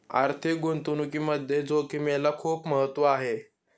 आर्थिक गुंतवणुकीमध्ये जोखिमेला खूप महत्त्व आहे